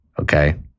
Okay